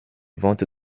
vente